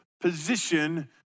position